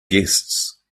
guests